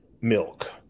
milk